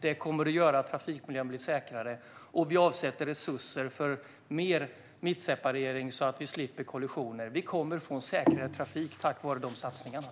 Det kommer att göra trafikmiljön säkrare. Vi avsätter också resurser för mer mittseparering så att vi slipper kollisioner. Vi kommer att få säkrare trafik tack vare de satsningarna.